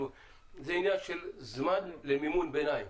זה עניין של זמן למימון ביניים.